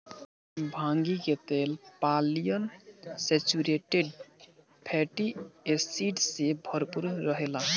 भांगी के तेल पालियन सैचुरेटेड फैटी एसिड से भरपूर रहेला